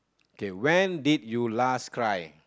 okay when did you last cry